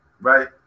right